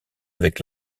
avec